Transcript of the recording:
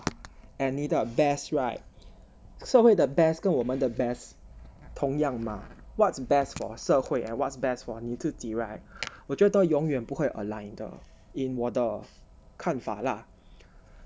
and 你的 best right 社会的 best 跟我们的 best 同样吗 what's best for 社会 and what's best for 你自己 right 我觉到永远不会 align 的 in 我的看法 lah